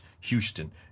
Houston